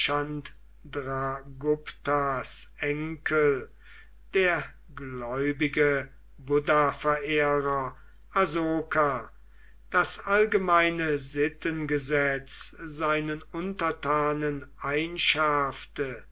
enkel der gläubige buddhaverehrer asoka das allgemeine sittengesetz seinen untertanen